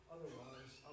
Otherwise